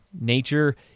Nature